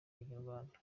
inyarwanda